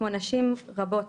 כמו נשים רבות,